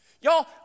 Y'all